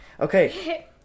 Okay